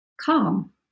calm